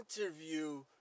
interview